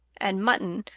and mutton,